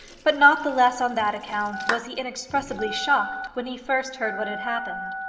but not the less on that account was he inexpressibly shocked when he first heard what had happened.